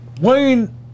Wayne